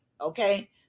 okay